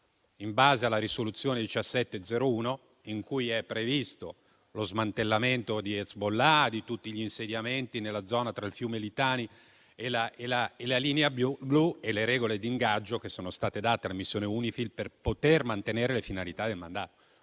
in base alla risoluzione n. 1701, in cui è previsto lo smantellamento di tutti gli insediamenti di Hezbollah nella zona tra il fiume Litani e la linea blu, e le regole di ingaggio che sono state date alla missione UNIFIL per poter mantenere le finalità del mandato.